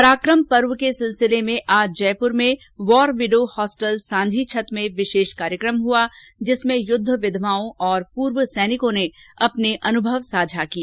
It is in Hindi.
पराकम पर्व के सिलसिले में आज जयपुर में वॉर विडो हॉस्टल सांझी छत में विशेष कार्यकम हुआ जिसमें युद्ध विधवाओं और पूर्व सैनिकों ने अपने अनुभव साझा किए